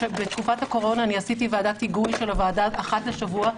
בתקופת הקורונה אני עשיתי ועדת היגוי של הוועדה אחת לשבוע.